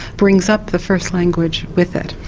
brings up the first language with it.